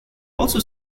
also